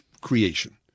creation